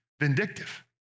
vindictive